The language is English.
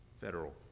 Federal